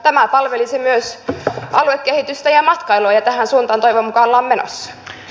tämä palvelisi myös aluekehitystä ja matkailua ja tähän suuntaan toivon mukaan ollaan menossa